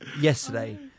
Yesterday